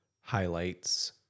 highlights